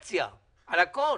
הקונספציה, על הכול.